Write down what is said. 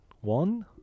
one